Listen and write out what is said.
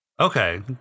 Okay